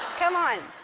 come on.